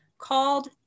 called